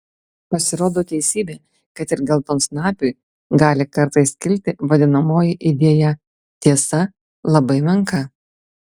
pasirodo teisybė kad ir geltonsnapiui gali kartais kilti vadinamoji idėja tiesa labai menka